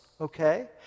okay